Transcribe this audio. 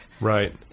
Right